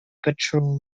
patrol